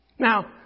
Now